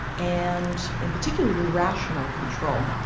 and in particular your rational control,